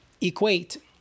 equate